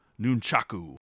Nunchaku